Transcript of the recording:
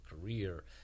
career